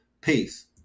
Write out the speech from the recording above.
peace